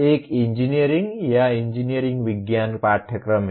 एक इंजीनियरिंग या इंजीनियरिंग विज्ञान पाठ्यक्रम है